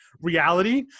reality